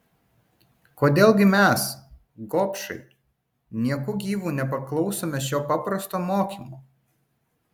kodėl gi mes gobšai nieku gyvu nepaklausome šio paprasto mokymo